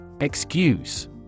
EXCUSE